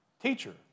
teacher